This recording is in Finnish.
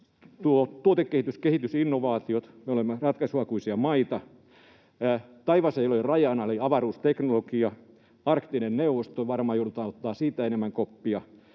Tuotekehitys, kehitysinnovaatiot, me olemme ratkaisuhakuisia maita. Taivas ei ole rajana eli avaruusteknologia. Arktinen neuvosto — varmaan joudutaan ottamaan siitä enemmän koppia